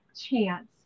chance